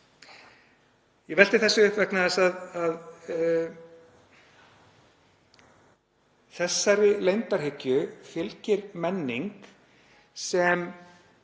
Ég velti þessu upp vegna þess að leyndarhyggjunni fylgir menning sem